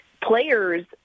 players